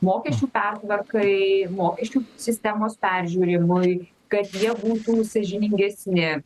mokesčių pertvarkai mokesčių sistemos peržiūrėjimui kad jie būtų sąžiningesni